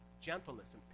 gentleness